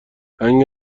رنگ